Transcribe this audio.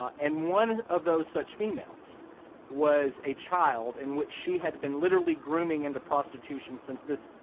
and one of those such females was a child in which she had been literally grooming into prostitution since this